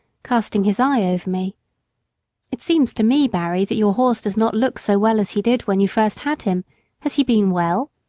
casting his eye over me it seems to me, barry, that your horse does not look so well as he did when you first had him has he been well?